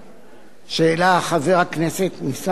שהעלה חבר הכנסת ניצן הורוביץ